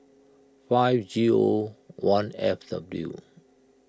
five G O one F W